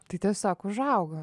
tai tiesiog užaugo